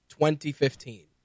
2015